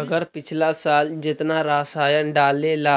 अगर पिछला साल जेतना रासायन डालेला